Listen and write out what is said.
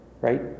right